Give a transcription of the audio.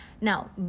now